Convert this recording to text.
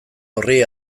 horri